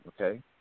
okay